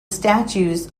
statues